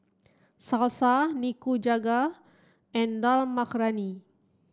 Salsa Nikujaga and Dal Makhani